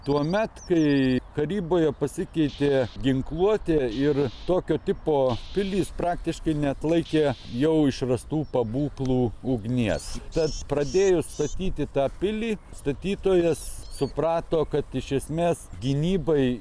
tuomet kai karyboje pasikeitė ginkluotė ir tokio tipo pilys praktiškai neatlaikė jau išrastų pabūklų ugnies tad pradėjus statyti tą pilį statytojas suprato kad iš esmės gynybai